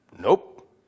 Nope